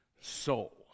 soul